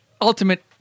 ultimate